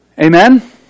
Amen